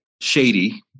shady